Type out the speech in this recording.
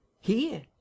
Here